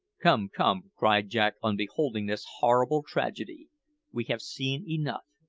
come, come, cried jack on beholding this horrible tragedy we have seen enough,